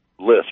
list